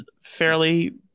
fairly